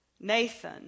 Nathan